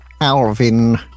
Alvin